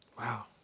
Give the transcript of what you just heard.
Wow